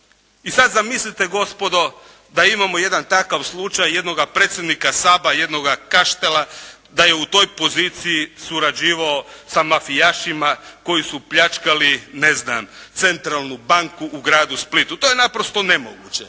i sada zamislite gospodo da imamo jedan takav slučaj jednoga predsjednika SAB-a jednoga Kaštela, da je u toj poziciji surađivao sa mafijašima koji su pljačkali ne znam centralnu banku u gradu Splitu. To je naprosto nemoguće